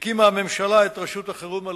הקימה הממשלה את רשות החירום הלאומית,